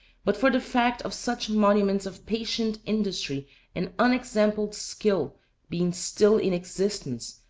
but for the fact of such monuments of patient industry and unexampled skill being still in existence,